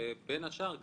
בין השאר,